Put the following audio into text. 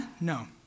No